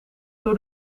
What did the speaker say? door